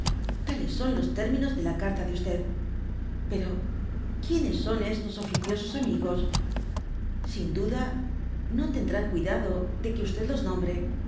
tales son los términos de la carta de ti pero quienes son estos oficiosos amigos sin duda no tendrán cuidado de dby google que los nombre